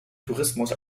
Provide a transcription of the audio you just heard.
tourismus